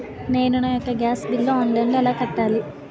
నేను నా యెక్క గ్యాస్ బిల్లు ఆన్లైన్లో ఎలా కట్టాలి?